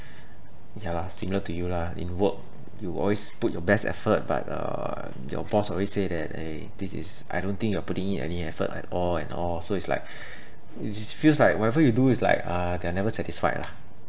ya lah similar to you lah in work you always put your best effort but uh your boss always say that eh this is I don't think you're putting in any effort at all and all so it's like it feels like whatever you do is like uh they're never satisfied lah